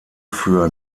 für